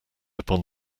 upon